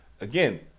again